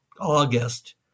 August